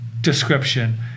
description